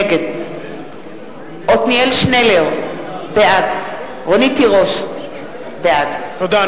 נגד עתניאל שנלר, בעד רונית תירוש, בעד תודה.